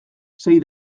sei